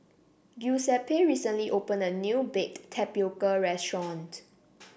Giuseppe recently opened a new Baked Tapioca restaurant